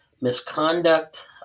misconduct